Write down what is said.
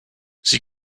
sie